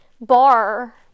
bar